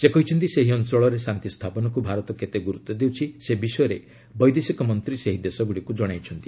ସେ କହିଛନ୍ତି ସେହି ଅଞ୍ଚଳରେ ଶାନ୍ତି ସ୍ଥାପନକୁ ଭାରତ କେତେ ଗୁରୁତ୍ୱ ଦେଉଛି ସେ ବିଷୟରେ ବୈଦେଶିକ ମନ୍ତ୍ରୀ ସେହି ଦେଶଗୁଡ଼ିକୁ ଜଣାଇଛନ୍ତି